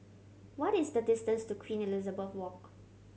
what is the distance to Queen Elizabeth Walk